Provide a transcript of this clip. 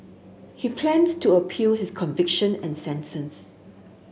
he plans to appeal his conviction and sentence